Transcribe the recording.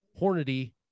Hornady